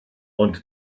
ond